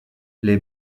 les